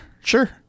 sure